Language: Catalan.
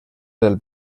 del